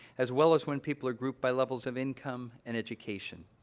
as well as when people are grouped by levels of income and education.